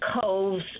coves